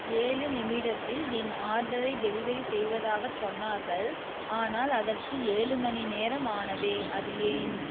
ஏழு நிமிடத்தில் என் ஆர்டரை டெலிவெரி செய்வதாகச் சொன்னார்கள் ஆனால் அதற்கு ஏழு மணிநேரம் ஆனதே அது ஏன்